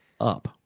up